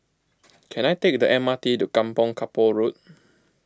can I take the M R T to Kampong Kapor Road